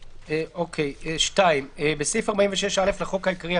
"תיקון סעיף 46 2. בסעיף 46(א) לחוק העיקרי,